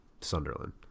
Sunderland